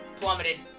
plummeted